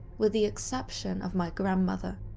with the exception of my grandmother.